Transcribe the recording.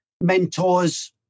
mentors